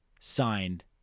signed